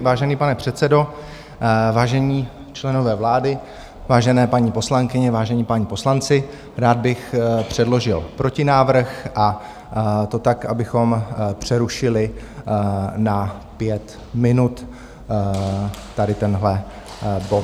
Vážený pane předsedo, vážení členové vlády, vážené paní poslankyně, vážení páni poslanci, rád bych předložil protinávrh, a to tak, abychom přerušili na pět minut tady tenhle bod.